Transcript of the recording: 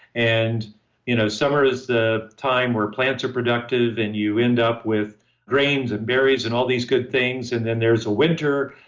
and you know summer is the time where plants are productive and you end up with grains and berries and all these good things. and then there's a winter,